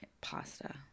pasta